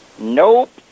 Nope